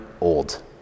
old